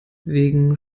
wegen